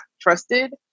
trusted